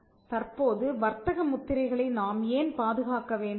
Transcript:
தற்போது வர்த்தக முத்திரைகளை நாம் ஏன் பாதுகாக்க வேண்டும்